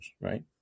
right